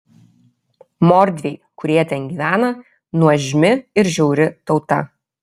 mordviai kurie ten gyvena nuožmi ir žiauri tauta